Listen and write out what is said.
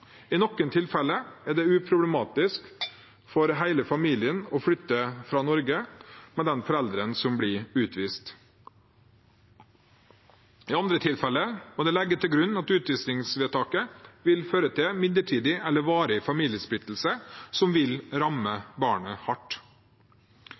I noen tilfeller er det uproblematisk for hele familien å flytte fra Norge med den forelderen som blir utvist. I andre tilfeller må det legges til grunn at utvisningsvedtaket vil føre til midlertidig eller varig familiesplittelse, som vil ramme